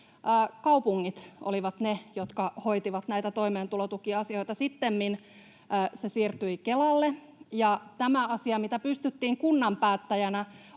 kaupungit olivat ne, jotka hoitivat näitä toimeentulotukiasioita. Sittemmin se siirtyi Kelalle, ja tämä ohjeistaminen, mitä pystyttiin kunnan päättäjinä